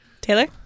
taylor